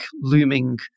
looming